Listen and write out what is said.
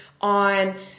on